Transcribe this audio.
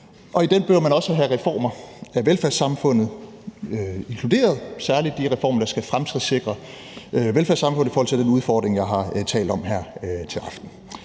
og i dem bør man også have reformer af velfærdssamfundet inkluderet, særlig de reformer, der skal fremtidssikre velfærdssamfundet i forhold til den udfordring, jeg har talt om her til aften.